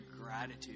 gratitude